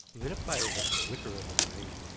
lit up by the flicker of the flames.